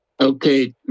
Okay